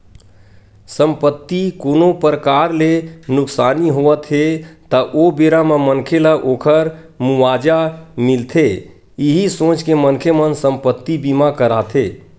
संपत्ति कोनो परकार ले नुकसानी होवत हे ता ओ बेरा म मनखे ल ओखर मुवाजा मिलथे इहीं सोच के मनखे मन संपत्ति बीमा कराथे